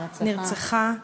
נרצחה.